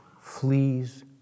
Fleas